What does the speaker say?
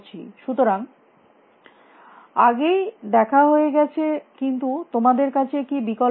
সুতরাং ছাত্র আগেই দেখা হয়ে গেছে কিন্তু তোমাদের কাছে কী বিকল্প আছে